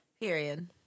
Period